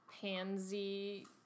pansy